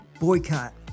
boycott